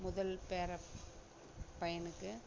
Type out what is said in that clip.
முதல் பேரப் பையனுக்கு